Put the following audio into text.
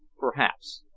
perhaps.